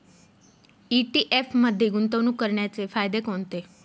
ETF मध्ये गुंतवणूक करण्याचे फायदे कोणते?